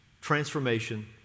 Transformation